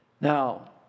Now